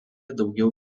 daugiau